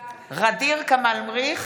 (קוראת בשם חברת הכנסת) ע'דיר כמאל מריח,